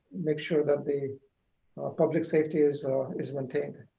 make sure that the public safety is is maintained.